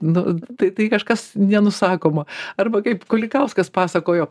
nu tai tai kažkas nenusakoma arba kaip kulikauskas pasakojo